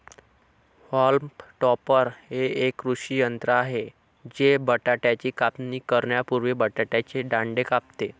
haulm topper हे एक कृषी यंत्र आहे जे बटाट्याची कापणी करण्यापूर्वी बटाट्याचे दांडे कापते